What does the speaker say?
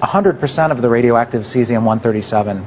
one hundred percent of the radioactive cesium one thirty seven